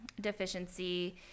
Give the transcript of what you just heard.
deficiency